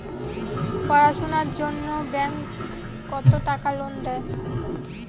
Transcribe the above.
পড়াশুনার জন্যে ব্যাংক কত টাকা লোন দেয়?